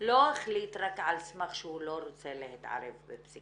לא החליט רק על סמך שהוא לא רוצה להתערב בפסיקה,